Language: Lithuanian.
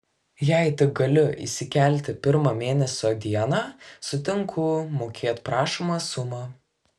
jei tik galiu įsikelti pirmą mėnesio dieną sutinku mokėt prašomą sumą